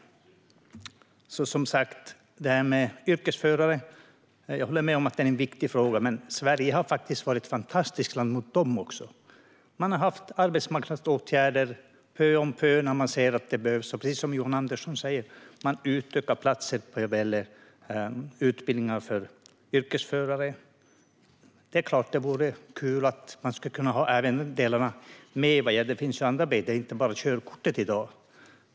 Jag håller med om att detta med yrkesförare är en viktig fråga, men Sverige har faktiskt varit ett fantastiskt land även för dem. Man har pö om pö infört arbetsmarknadsåtgärder när man har sett att det har behövts. Precis som Johan Andersson säger utökar man också antalet platser på utbildningar för yrkesförare. Det är klart att det vore kul att även ha andra delar med - det handlar inte bara om körkortet i dag.